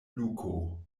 luko